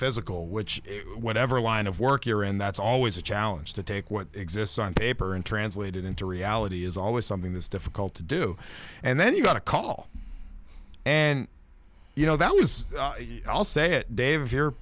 physical which whatever line of work you're in that's always a challenge to take what exists on paper and translated into reality is always something that's difficult to do and then you got a call and you know that was i'll say it david here